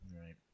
Right